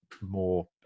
more